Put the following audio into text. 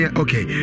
okay